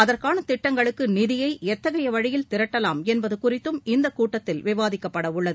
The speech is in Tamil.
அதற்கான திட்டங்களுக்கு நிதியை எத்தகைய வழியில் திரட்டலாம் என்பது குறித்தும் இந்தக் கூட்டத்தில் விவாதிக்கப்பட உள்ளது